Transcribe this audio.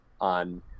on